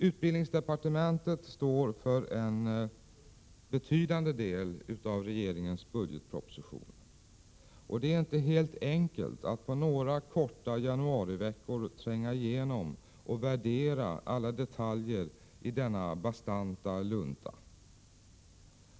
Utbildningsdepartementet står för en betydande del av regeringens budgetproposition varje år. Det är inte helt enkelt att på några korta januariveckor tränga igenom och värdera alla detaljer i denna bastanta lunta.